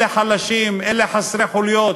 אלה חלשים, אלה חסרי חוליות,